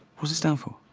what's it stand for?